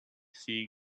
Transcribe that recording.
sea